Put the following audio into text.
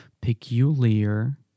peculiar